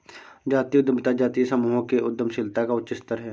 जातीय उद्यमिता जातीय समूहों के उद्यमशीलता का उच्च स्तर है